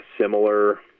similar